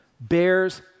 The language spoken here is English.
Bears